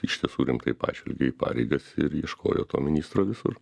iš tiesų rimtai pažvelgė į pareigas ir ieškojo to ministro visur